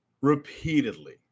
repeatedly